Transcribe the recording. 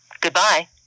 Goodbye